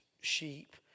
sheep